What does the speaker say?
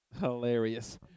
hilarious